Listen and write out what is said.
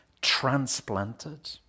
transplanted